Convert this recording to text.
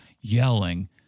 yelling